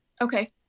okay